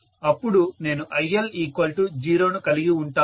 అప్పుడు నేను IL0ను కలిగి ఉంటాను